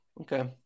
Okay